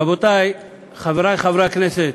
רבותי, חברי חברי הכנסת,